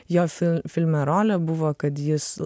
jo filfilme rolė buvo kad jis